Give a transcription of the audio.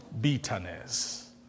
bitterness